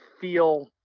feel